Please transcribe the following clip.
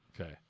Okay